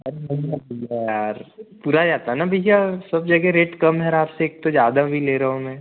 अरे नहीं ना भईया यार पूरा ये आता ना भईया सब जगह रेट कम है और आपसे एक तो ज़्यादा भी ले रहा हूँ मैं